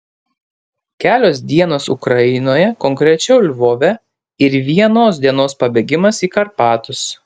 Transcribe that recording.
kelios dienos ukrainoje konkrečiau lvove ir vienos dienos pabėgimas į karpatus